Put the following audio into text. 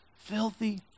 Filthy